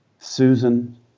Susan